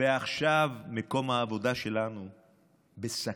ועכשיו מקום העבודה שלנו בסכנה,